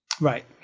Right